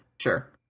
sure